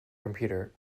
computer